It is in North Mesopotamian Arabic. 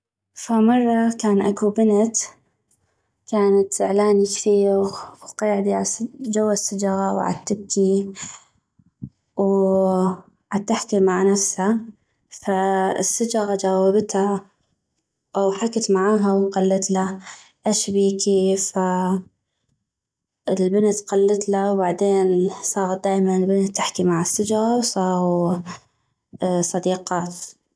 فمرة كان اكو بنت كانت زعلاني كثيغ و قيعدي جوا السجغا وعتبكي وعتحكي مع نفسا فالسجغا جاوبتا او حكت معاها وقلتلا اش بيكي فالبتت قلتلا وبعدين صاغت دائماً البنت تحكي مع السجغا وصاغو صديقات